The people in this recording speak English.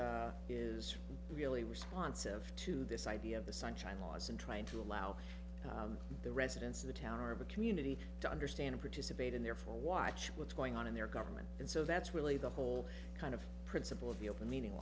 is is really responsive to this idea of the sunshine laws and trying to allow the residents of the town or of a community to understand participate and therefore watch what's going on in their government and so that's really the whole kind of principle of the open meaning